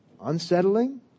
Unsettling